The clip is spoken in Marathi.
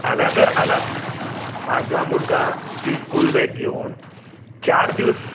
आला तर आला माझा मुलगा ती स्कूल बॅग घेऊन चार दिवस